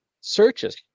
searches